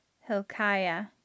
Hilkiah